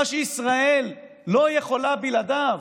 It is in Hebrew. מה שישראל לא יכולה בלעדיו,